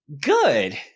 Good